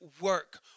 work